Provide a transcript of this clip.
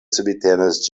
subtenas